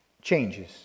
Changes